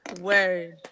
Word